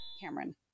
Cameron